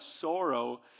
sorrow